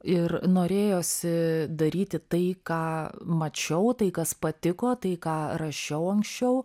ir norėjosi daryti tai ką mačiau tai kas patiko tai ką rašiau anksčiau